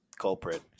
culprit